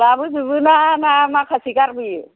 लाबोजोबोना ना माखासे गारबोयो